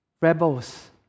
rebels